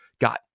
got